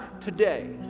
today